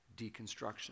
deconstruction